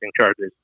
charges